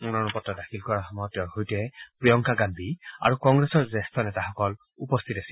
মনোনয়ন পত্ৰ দাখিল কৰাৰ সময়ত তেওঁৰ সৈতে প্ৰিয়ংকা গান্ধী আৰু কংগ্ৰেছৰ জ্যেষ্ঠ নেতাসকল উপস্থিত আছিল